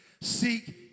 Seek